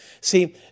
See